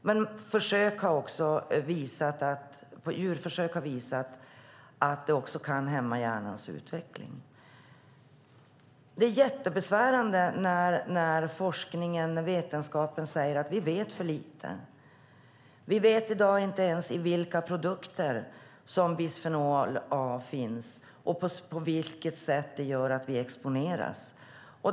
Djurförsök har också visat att det kan hämma hjärnans utveckling. Det är jättebesvärande när forskningen och vetenskapen säger att vi vet för lite. Vi vet i dag inte ens i vilka produkter bisfenol A finns och på vilket sätt vi exponeras.